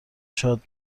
شاد